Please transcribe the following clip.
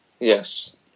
Yes